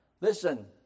Listen